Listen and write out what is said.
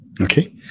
Okay